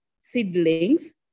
seedlings